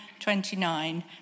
29